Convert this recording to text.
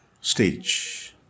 stage